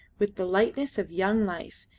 with the lightness of young life,